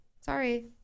Sorry